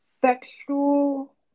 sexual